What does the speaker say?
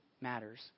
matters